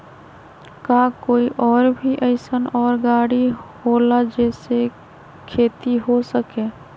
का कोई और भी अइसन और गाड़ी होला जे से खेती हो सके?